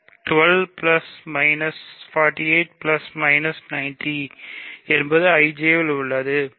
12 48 90 என்பது IJயில் உள்ளது சரி